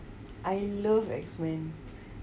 I love X-men